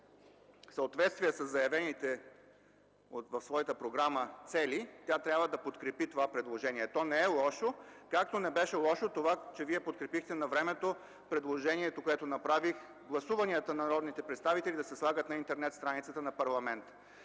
в съответствие със заявените в своята програма цели, тя трябва да подкрепи това предложение. То не е лошо, както не беше лошо това, че Вие подкрепихте навремето предложението, което направих – гласуванията на народните представители да се слагат на интернет страницата на парламента.